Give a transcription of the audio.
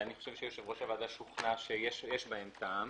שאני חושב שיושב-ראש הוועדה שוכנע שיש בהם טעם.